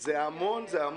זה המון.